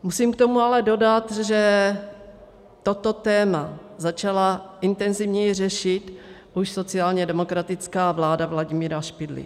Musím k tomu ale dodat, že toto téma začala intenzivněji řešit už sociálně demokratická vláda Vladimíra Špidly.